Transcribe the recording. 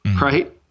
right